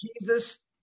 Jesus